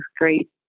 great